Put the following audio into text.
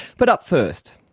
but up first,